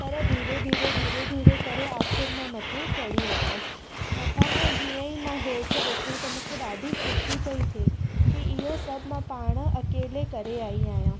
पर धीरे धीरे धीरे धीरे करे आख़िर मां मथे चढ़ी वयसि मथां खां जीअं ही मां हेठि ॾिठो त मूंखे ॾाढी ख़ुशी पई थिए की इहो सभु मां पाण अकेले करे आई आहियां